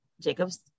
jacob's